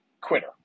quitter